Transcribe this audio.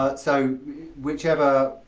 ah so whichever,